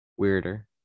weirder